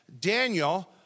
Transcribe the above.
Daniel